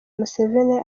museveni